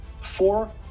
four